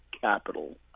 capital